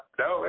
no